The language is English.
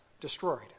destroyed